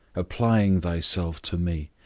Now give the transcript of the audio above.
applying thyself to me,